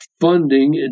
funding